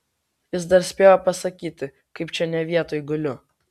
jis dar spėjo pasakyti kad kaip čia ne vietoj guliu